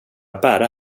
bära